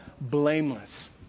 blameless